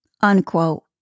Unquote